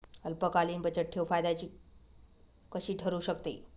अल्पकालीन बचतठेव फायद्याची कशी ठरु शकते?